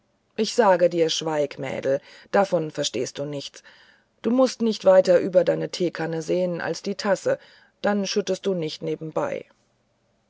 ich sage dir schweig mädel davon verstehst du nichts du muß nicht weiter über deine teekanne sehen als in die tasse dann schüttest du nicht nebenbei